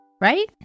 right